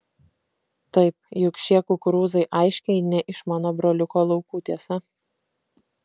taip juk šie kukurūzai aiškiai ne iš mano broliuko laukų tiesa